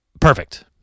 perfect